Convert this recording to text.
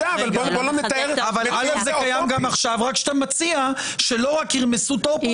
רק שאתה מציג שלא רק ירמסו את האופוזיציה